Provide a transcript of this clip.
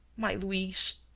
my luiz!